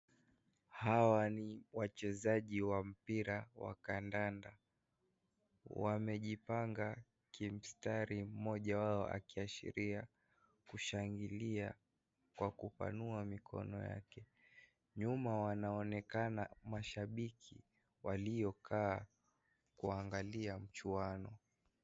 Hawa ni wachezaji wa mpira ya kandanda. Wamejipanga kimstari mmoja wao akiashiria kushangilia kwa kupanua mikono yake. Nyuma wanaonekana mashabiki waliokaa kuangalia mchuano.